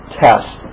test